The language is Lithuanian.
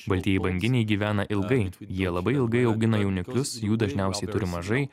baltieji banginiai gyvena ilgai jie labai ilgai augina jauniklius jų dažniausiai turi mažai